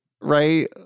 right